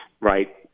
right